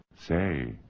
Say